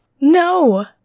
no